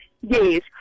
Yes